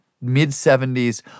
mid-70s